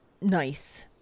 nice